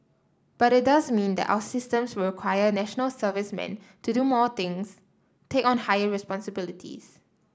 but it does mean that our systems will require National Servicemen to do more things take on higher responsibilities